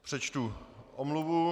Přečtu omluvu.